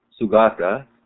Sugata